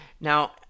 Now